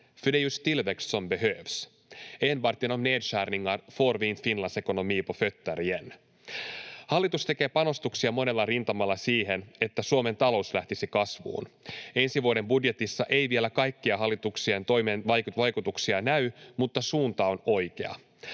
för det är just tillväxt som behövs. Enbart genom nedskärningar får vi inte Finlands ekonomi på fötter igen. Hallitus tekee panostuksia monella rintamalla siihen, että Suomen talous lähtisi kasvuun. Ensi vuoden budjetissa ei vielä kaikkia hallituksen toimien vaikutuksia näy, mutta suunta on oikea.